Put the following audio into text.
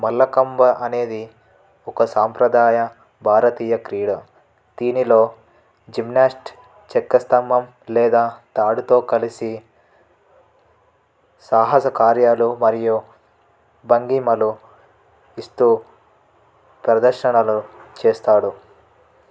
మల్లకంబ అనేది ఒక సాంప్రదాయ భారతీయ క్రీడ దీనిలో జిమ్నాస్ట్ చెక్క స్తంభం లేదా తాడుతో కలిసి సాహసకార్యాలు మరియు భంగిమలు ఇస్తూ ప్రదర్శనలు చేస్తాడు